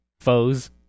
foes